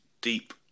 deep